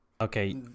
Okay